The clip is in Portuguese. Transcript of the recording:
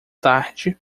tarde